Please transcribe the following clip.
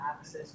access